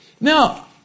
Now